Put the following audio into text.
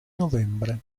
novembre